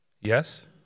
Yes